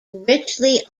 richly